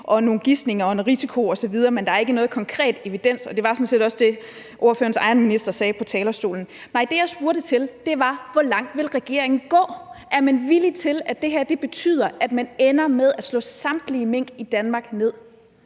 og nogle gisninger i forhold til risiko osv., men der er ikke nogen konkret evidens, og det var sådan set også det, som ordførerens egen minister sagde fra talerstolen. Nej, det, jeg spurgte til, var: Hvor langt vil regeringen gå? Er man villig til, at det her betyder, at man ender med at slå samtlige mink i Danmark ned?